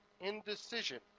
indecision